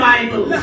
Bible